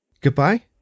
goodbye